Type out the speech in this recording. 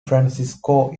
francisco